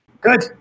Good